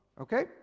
Okay